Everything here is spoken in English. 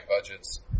budgets